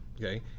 Okay